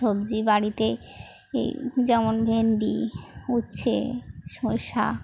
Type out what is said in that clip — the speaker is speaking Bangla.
সবজি বাড়িতে যেমন ভেন্ডি উচ্ছে শসা